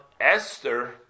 Esther